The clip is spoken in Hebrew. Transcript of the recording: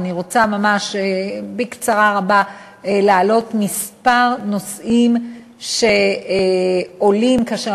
אני רוצה בקצרה רבה להעלות כמה נושאים שעולים כאשר